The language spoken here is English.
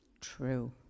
True